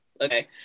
okay